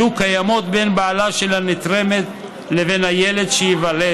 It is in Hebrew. יהיו קיימות בין בעלה של הנתרמת לבין הילד שייוולד